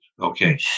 okay